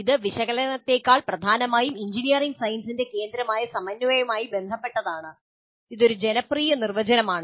ഇത് വിശകലനത്തേക്കാൾ പ്രധാനമായും എഞ്ചിനീയറിംഗ് സയൻസിന്റെ കേന്ദ്രമായ സമന്വയമായി ബന്ധപ്പെട്ടതാണ് ഇത് ഒരു ജനപ്രിയ നിർവചനമാണ്